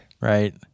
Right